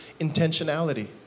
intentionality